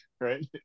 right